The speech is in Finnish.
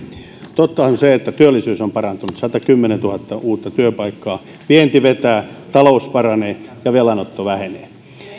totta on se että työllisyys on parantunut satakymmentätuhatta uutta työpaikkaa vienti vetää talous paranee ja velanotto vähenee